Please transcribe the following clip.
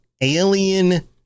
alien